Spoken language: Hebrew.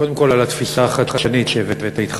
קודם כול על התפיסה החדשנית שהבאת אתך